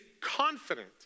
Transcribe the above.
confident